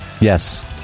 Yes